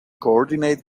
coordinate